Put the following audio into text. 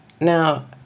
Now